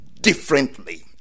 differently